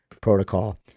protocol